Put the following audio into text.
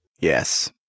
Yes